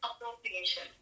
appropriation